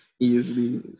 Easily